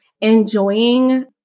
enjoying